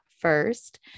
first